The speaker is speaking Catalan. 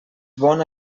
bona